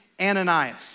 Ananias